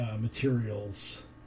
materials